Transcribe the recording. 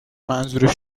منظورش